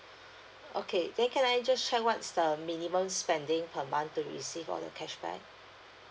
okay then can I just check what's the minimum spending per month to receive all the cashback